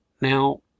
Now